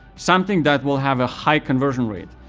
something that will have a high conversion rate.